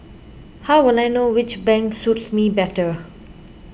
how will I know which bank suits me better